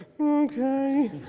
okay